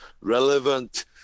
relevant